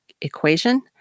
equation